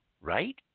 right